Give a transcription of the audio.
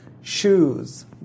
shoes